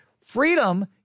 freedom